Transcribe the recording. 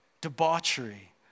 debauchery